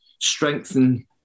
strengthen